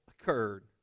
occurred